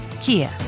Kia